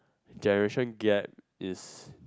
generation gap is